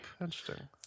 Interesting